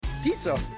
Pizza